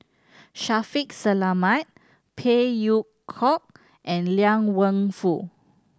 Shaffiq Selamat Phey Yew Kok and Liang Wenfu